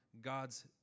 God's